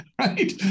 right